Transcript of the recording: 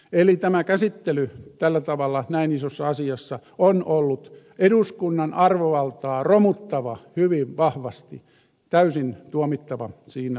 eli tämä käsittely tällä tavalla näin isossa asiassa on ollut eduskunnan arvovaltaa romuttava hyvin vahvasti täysin tuomittava siinä mielessä